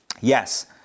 yes